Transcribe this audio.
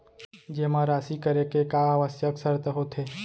जेमा राशि करे के का आवश्यक शर्त होथे?